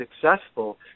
successful